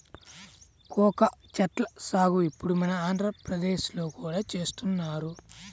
cocoa చెట్ల సాగు ఇప్పుడు మన ఆంధ్రప్రదేశ్ లో కూడా చేస్తున్నారు